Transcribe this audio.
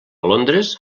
londres